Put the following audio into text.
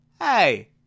hey